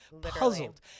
Puzzled